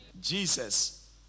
Jesus